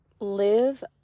live